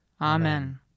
Amen